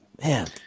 man